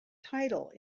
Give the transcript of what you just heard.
title